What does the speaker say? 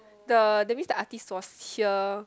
the that means the artist was here